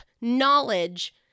knowledge